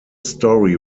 story